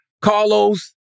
Carlos